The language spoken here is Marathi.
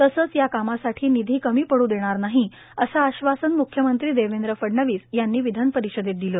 तसंच या कामासाठी निधी कमी पडू देणार नाही असं आश्वासन म्ख्यमंत्री देवेंद्र फडणवीस यांनी विधान परिषदेत दिलं